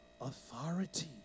Authority